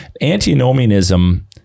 Antinomianism